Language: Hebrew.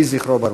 יהי זכרו ברוך.